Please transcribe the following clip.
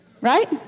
Right